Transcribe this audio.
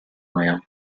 oil